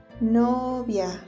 Novia